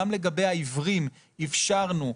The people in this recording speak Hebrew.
גם לגבי העיוורים אפשרנו,